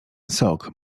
sok